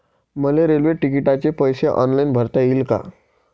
मले रेल्वे तिकिटाचे पैसे ऑनलाईन भरता येईन का?